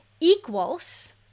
equals